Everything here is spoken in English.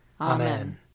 Amen